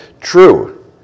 true